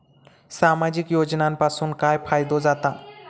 सामाजिक योजनांपासून काय फायदो जाता?